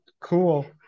cool